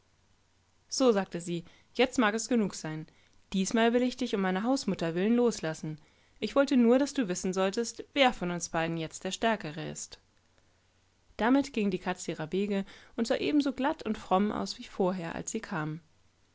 kehlefreigab so sagte sie jetzt mag es genug sein diesmal will ich dich um meiner hausmutter willen loslassen ich wollte nur daß du wissen solltest wer von unsbeidenjetztderstärkereist damit ging die katze ihrer wege und sah ebenso glatt und fromm aus wie vorher als sie kam